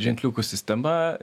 ženkliukų sistema